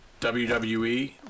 WWE